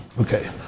Okay